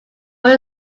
but